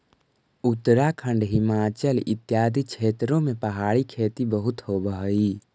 उत्तराखंड, हिमाचल इत्यादि क्षेत्रों में पहाड़ी खेती बहुत होवअ हई